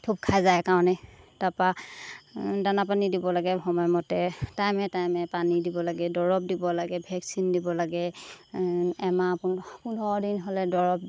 থূপ খাই যায় কাৰণে তাৰপৰা দানা পানী দিব লাগে সময়মতে টাইমে টাইমে পানী দিব লাগে দৰৱ দিব লাগে ভেকচিন দিব লাগে এমাহ পোন পোন্ধৰ দিন হ'লে দৰৱ